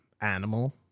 animal